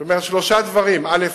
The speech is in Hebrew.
זאת אומרת, שלושה דברים, א.